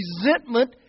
resentment